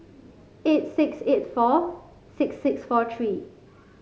eight six eight four six six four three